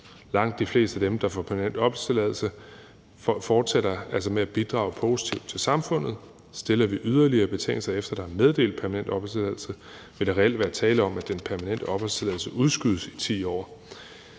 Langt de fleste af dem, der får permanent opholdstilladelse, fortsætter altså med at bidrage positivt til samfundet. Stiller vi yderligere betingelser, efter at der er meddelt permanent opholdstilladelse, vil der reelt være tale om, at den permanente opholdstilladelse udskydes i 10 år.